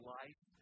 life